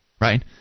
right